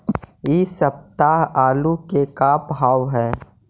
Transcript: इ सप्ताह आलू के का भाव है?